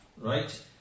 right